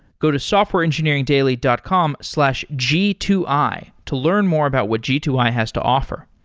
go to softwareengineeringdaily dot com slash g two i to learn more about what g two i has to offer.